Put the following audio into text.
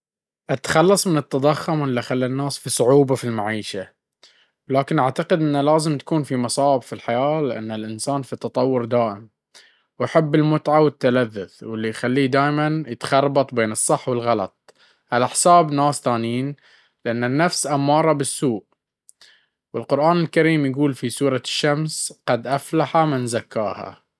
أتخلص من التضخم اللي خلى الناس في صعوبة في المعيشة ولكن اعتقد انه لازم تكون في مصاعب في الحياة لأنه الانسان في تطور دائم ويحب المتعة والتلذذ واللي يخليه ديما يتخربط بين الصح والغلط على حساب ناس ثانين لأنه النفس أمارة بالسوء ةالقرأن يقول في سورة الشمس ( قد أفلح من زكاها ).